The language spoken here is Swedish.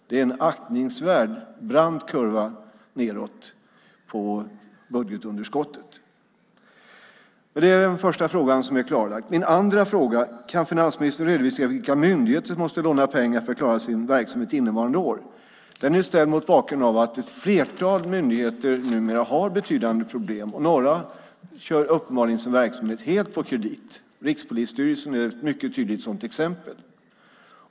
Det är en aktningsvärt brant kurva nedåt vad gäller budgetunderskottet. Därmed är den första frågan klarlagd. Min andra fråga gällde om finansministern kunde redovisa vilka myndigheter som måste låna pengar för att klara sin verksamhet under innevarande år. Frågan är ställd mot bakgrund av att ett flertal myndigheter numera har betydande problem. Några kör uppenbarligen sin verksamhet helt på kredit. Rikspolisstyrelsen är ett mycket tydligt sådant exempel.